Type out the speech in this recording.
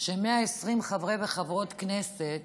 ש-120 חברי וחברות כנסת